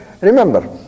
remember